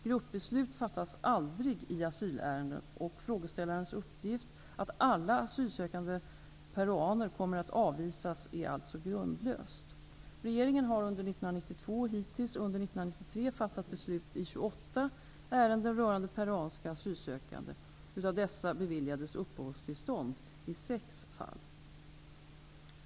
Gruppbeslut fattas aldrig i asylärenden, och frågeställarens uppgift att alla asylsökande peruaner kommer att avvisas är alltså grundlös. Regeringen har under 1992 och hittills under 1993 fattat beslut i 28 ärenden rörande peruanska asylsökande. Av dessa beviljades uppehållstillstånd i sex fall.